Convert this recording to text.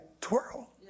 twirl